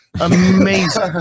Amazing